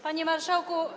Panie Marszałku!